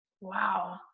wow